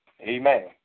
Amen